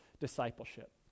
discipleship